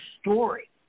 story